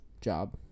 job